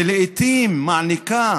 שלעיתים מעניקה